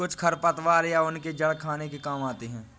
कुछ खरपतवार या उनके जड़ खाने के काम आते हैं